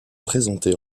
présentée